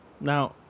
Now